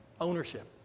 ownership